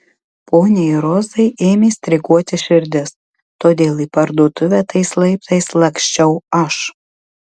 poniai rozai ėmė streikuoti širdis todėl į parduotuvę tais laiptais laksčiau aš